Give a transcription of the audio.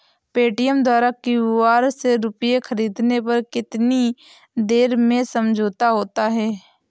Paytm द्वारा QR से रूपए ख़रीदने पर कितनी देर में समझौता होता है?